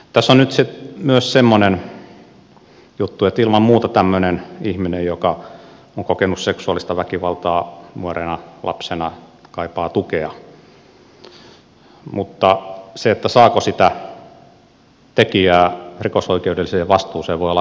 tässä on myös semmoinen juttu että ilman muuta tämmöinen ihminen joka on kokenut seksuaalista väkivaltaa nuorena lapsena kaipaa tukea mutta se saako sitä tekijää rikosoikeudelliseen vastuuseen voi olla aika vaikeaa